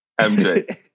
mj